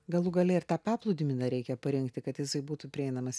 galų gale ir tą paplūdimį dar reikia parengti kad jisai būtų prieinamas